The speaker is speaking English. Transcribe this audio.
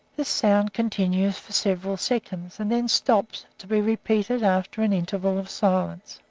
this sound continues for several seconds and then stops, to be repeated after an interval of silence.